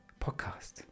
Podcast